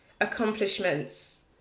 accomplishments